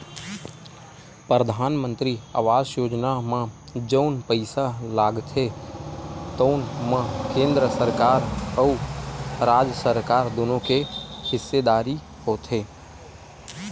परधानमंतरी आवास योजना म जउन पइसा लागथे तउन म केंद्र सरकार अउ राज सरकार दुनो के हिस्सेदारी होथे